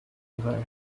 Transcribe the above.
river